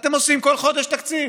אתם עושים כל חודש תקציב,